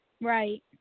Right